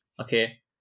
okay